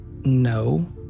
No